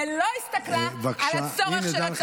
ולא הסתכלה על הצורך של הצבא,